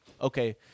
Okay